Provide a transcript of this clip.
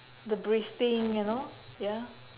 the breathing you know ya